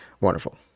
Wonderful